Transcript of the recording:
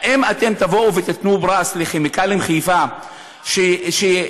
האם אתם תיתנו פרס לחיפה כימיקלים,